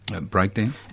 breakdown